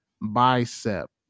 bicep